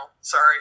sorry